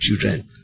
children